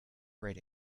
read